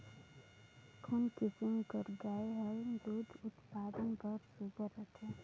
कोन किसम कर गाय हर दूध उत्पादन बर सुघ्घर रथे?